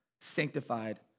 sanctified